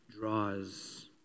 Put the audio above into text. draws